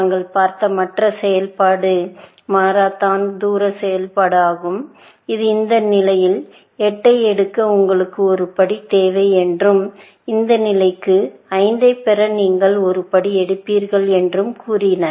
நாங்கள் பார்த்த மற்ற செயல்பாடு மன்ஹாட்டன் தூர செயல்பாடு ஆகும் இது இந்த நிலைக்கு 8 ஐ எடுக்க உங்களுக்கு ஒரு படி தேவை என்றும் இந்த நிலைக்கு 5 ஐப் பெற நீங்கள் ஒரு படி எடுப்பீர்கள் என்றும் கூறினார்